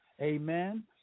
Amen